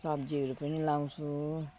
सब्जीहरू पनि लगाउँछु